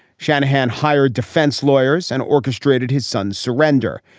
shanahan hired defense lawyers and orchestrated his son's surrender.